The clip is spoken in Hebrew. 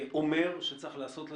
אומר שצריך לעשות לזה,